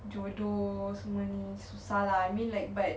jodoh semua ni susah lah I mean like but